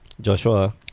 Joshua